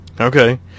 Okay